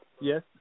Yes